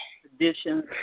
traditions